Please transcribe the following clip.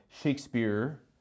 Shakespeare